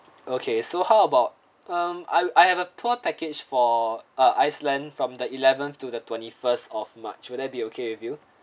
okay so how about um I I have a tour package for ah iceland from the eleventh to the twenty first of march would that be okay with you